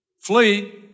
flee